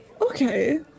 Okay